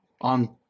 on